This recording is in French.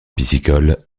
piscicole